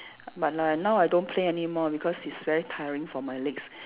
but like now I don't play anymore because it's very tiring for my legs